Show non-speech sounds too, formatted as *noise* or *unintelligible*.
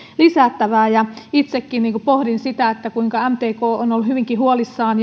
lisättävää itsekin pohdin sitä kuinka mtk ja maatalousyrittäjät ovat olleet hyvinkin huolissaan *unintelligible*